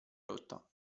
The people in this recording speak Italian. rotta